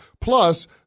Plus